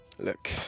Look